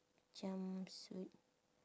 jumpsuit